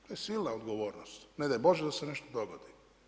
To je silna odgovornost, ne daj Bože da se nešto dogodi.